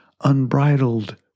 unbridled